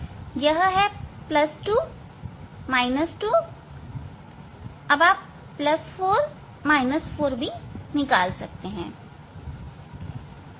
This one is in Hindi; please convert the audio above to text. इस तरह यह है 2 2 अब आप 4 4 भी निकाल सकते हैं